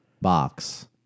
box